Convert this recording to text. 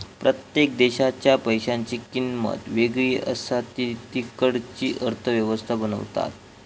प्रत्येक देशाच्या पैशांची किंमत वेगळी असा ती तिकडची अर्थ व्यवस्था बनवता